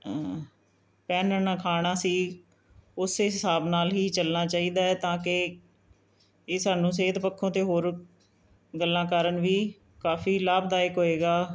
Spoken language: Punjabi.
ਪਹਿਨਣ ਖਾਣਾ ਸੀ ਉਸ ਹਿਸਾਬ ਨਾਲ਼ ਹੀ ਚੱਲਣਾ ਚਾਹੀਦਾ ਹੈ ਤਾਂ ਕਿ ਇਹ ਸਾਨੂੰ ਸਿਹਤ ਪੱਖੋਂ ਅਤੇ ਹੋਰ ਗੱਲਾਂ ਕਾਰਨ ਵੀ ਕਾਫ਼ੀ ਲਾਭਦਾਇਕ ਹੋਏਗਾ